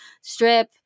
strip